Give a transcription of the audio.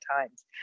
times